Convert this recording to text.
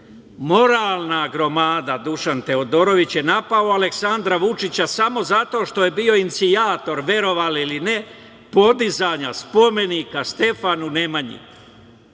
Beograd. Moralna gromada, Dušan Teodorović je napao Aleksandra Vučića samo zato što je bio inicijator, verovali ili ne, podizanja spomenika Stefanu Nemanji.